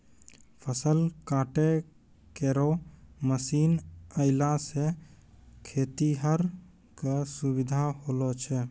फसल काटै केरो मसीन आएला सें खेतिहर क सुबिधा होलो छै